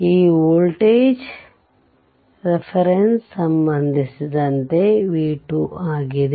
ಈ ವೋಲ್ಟೇಜ್ ಉಲ್ಲೇಖಕ್ಕೆ ಸಂಬಂಧಿಸಿದಂತೆ v2 ಆಗಿದೆ